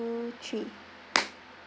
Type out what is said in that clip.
three